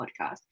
podcast